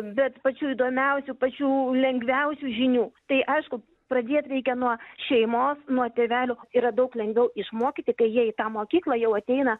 bet pačių įdomiausių pačių lengviausių žinių tai aišku pradėt reikia nuo šeimos nuo tėvelio yra daug lengviau išmokyti kai jie į tą mokyklą jau ateina